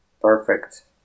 perfect